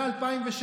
מ-2016.